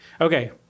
Okay